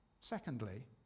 Secondly